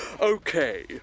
Okay